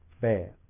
Bad